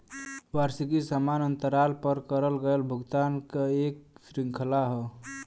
वार्षिकी समान अंतराल पर करल गयल भुगतान क एक श्रृंखला हौ